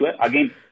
Again